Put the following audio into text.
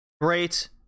great